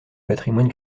patrimoine